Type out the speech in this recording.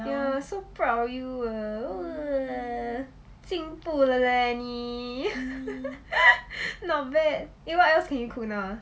ya so proud of you ah !wah! 进步了 leh 你 not bad eh what else can you cook now ah